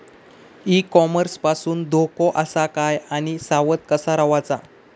E commerce पासून धोको आसा काय आणि सावध कसा रवाचा?